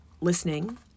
listening